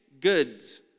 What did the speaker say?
goods